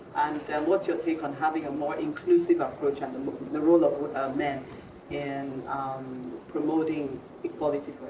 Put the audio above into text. and what's your take on having a more inclusive approach and the role of men in promoting equality